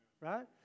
right